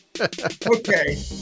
Okay